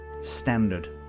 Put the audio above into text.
standard